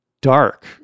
dark